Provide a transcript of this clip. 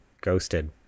ghosted